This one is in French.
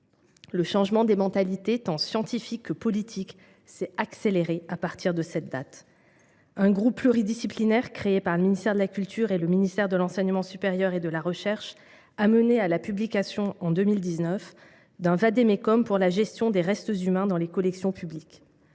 Le changement des mentalités, tant scientifique que politique, s’est accéléré dès cette date. Un groupe pluridisciplinaire créé par le ministère de la culture et le ministère de l’enseignement supérieur et de la recherche a mené à la publication en 2019 d’un vade mecum pour la gestion des restes humains dans les collections publiques.